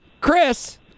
Chris